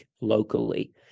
locally